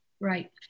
Right